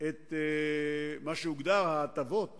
את מה שהוגדר ההטבות